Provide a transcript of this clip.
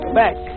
back